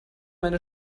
meine